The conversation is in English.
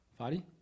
Fadi